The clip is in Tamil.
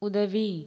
உதவி